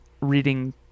reading